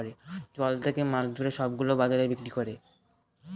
জল থাকে মাছ ধরে সব গুলো বাজারে বিক্রি করে